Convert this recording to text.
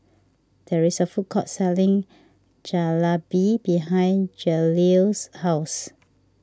there is a food court selling Jalebi behind Jaleel's house